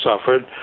suffered